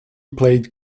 played